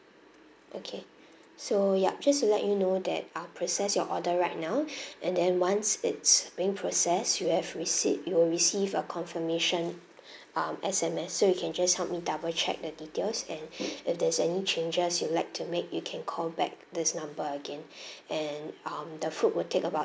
okay so yup just to let you know that I'll process your order right now and then once it's being processed you have receive you will receive a confirmation um S_M_S so you can just help me double check the details and if there's any changes you'd like to make you can call back this number again and um the food will take about